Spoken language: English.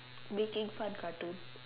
making fun cartoon